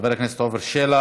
חבר הכנסת עפר שלח,